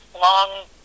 long